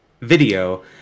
video